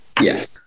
Yes